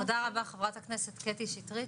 תודה רבה, חברת הכנסת קטי שטרית.